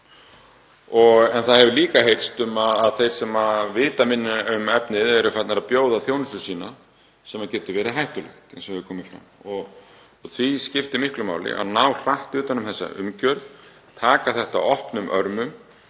Það hefur líka heyrst að þeir sem vita minna um efnið eru farnir að bjóða þjónustu sína sem getur verið hættulegt eins og hefur komið fram. Því skiptir miklu máli að ná hratt utan um þessa umgjörð, taka þessu opnum örmum,